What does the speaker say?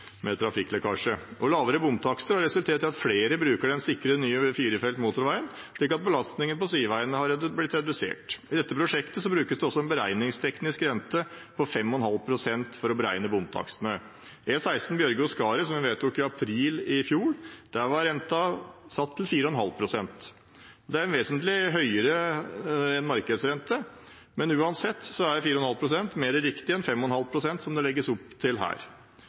med trafikklekkasje. Lavere bomtakster har resultert i at flere bruker den sikre, nye firefelts motorveien, slik at belastningen på sideveiene har blitt redusert. I dette prosjektet brukes det også en beregningsteknisk rente på 5,5 pst. for å beregne bomtakstene. I E16 Bjørgo–Skaret, som vi vedtok i april i fjor, var renten satt til 4,5 pst. Det er vesentlig høyere enn markedsrente, men uansett er 4,5 pst. mer riktig enn 5,5 pst., som det legges opp til her.